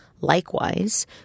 Likewise